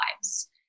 lives